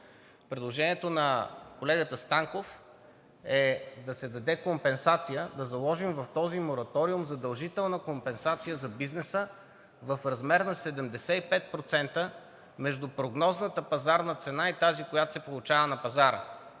Предложението на колегата Станков е да се даде компенсация, да заложим в този мораториум задължителна компенсация за бизнеса в размер на 75% между прогнозната пазарна цена и тази, която се получава на пазара,